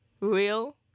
real